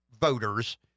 voters